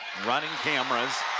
running cameras,